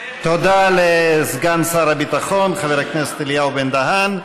תודה לסגן שר הביטחון חבר הכנסת אליהו בן-דהן.